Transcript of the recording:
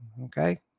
Okay